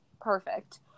perfect